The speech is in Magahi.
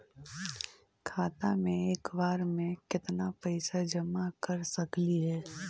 खाता मे एक बार मे केत्ना पैसा जमा कर सकली हे?